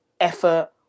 effort